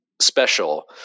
special